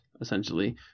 essentially